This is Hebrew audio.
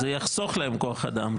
זה יחסוך להם כוח אדם,